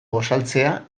gosaltzea